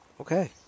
Okay